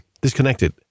disconnected